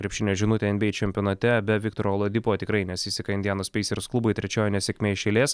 krepšinio žinutė nba čempionate be viktoro oladipo tikrai nesiseka indianos spacers klubui trečioji nesėkmė iš eilės